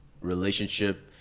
relationship